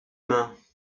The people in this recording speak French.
mains